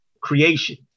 creation